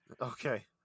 Okay